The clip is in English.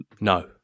No